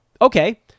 okay